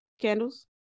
Candles